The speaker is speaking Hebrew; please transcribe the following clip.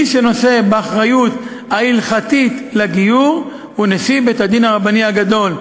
מי שנושא באחריות ההלכתית לגיור הוא נשיא בית-הדין הרבני הגדול,